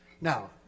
Now